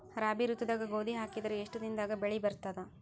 ರಾಬಿ ಋತುದಾಗ ಗೋಧಿ ಹಾಕಿದರ ಎಷ್ಟ ದಿನದಾಗ ಬೆಳಿ ಬರತದ?